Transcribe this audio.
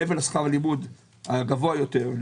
מעבר לשכר לימוד הגבוה יותר,